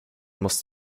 must